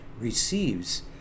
receives